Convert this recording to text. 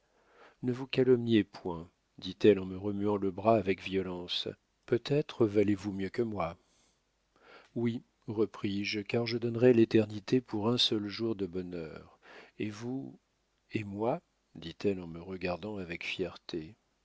ne vous calomniez point dit-elle en me remuant le bras avec violence peut-être valez vous mieux que moi oui repris-je car je donnerais l'éternité pour un seul jour de bonheur et vous et moi dit-elle en me regardant avec fierté